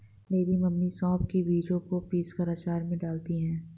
मेरी मम्मी सौंफ के बीजों को पीसकर अचार में डालती हैं